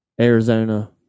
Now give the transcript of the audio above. Arizona